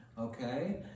okay